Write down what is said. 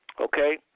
okay